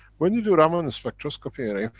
when you do raman spectroscopy and